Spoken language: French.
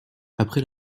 après